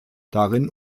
darin